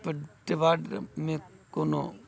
मे कोनो